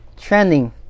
trending